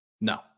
No